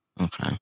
Okay